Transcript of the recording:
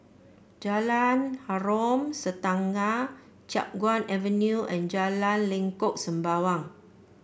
Jalan Harom Setangkai Chiap Guan Avenue and Jalan Lengkok Sembawang